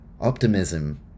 optimism